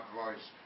voice